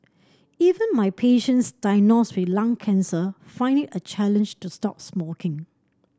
even my patients diagnosed with lung cancer find it a challenge to stop smoking